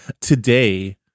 today